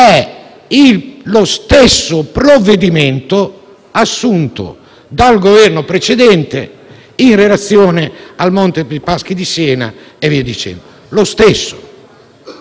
è lo stesso assunto dal Governo precedente in relazione a Monte dei Paschi di Siena e via dicendo. È lo stesso